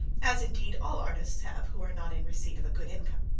as indeed all artists have, who are not in receipt of a good income.